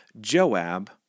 Joab